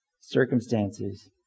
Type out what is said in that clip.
circumstances